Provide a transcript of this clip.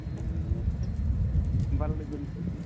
उम होमब्ला लोगो मोनलायसै